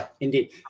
indeed